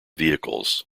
vehicles